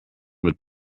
mit